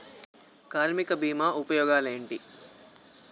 కార్మిక బీమా ఉపయోగాలేంటి?